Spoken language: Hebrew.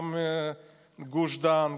גם גוש דן,